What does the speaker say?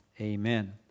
amen